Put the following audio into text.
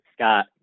Scott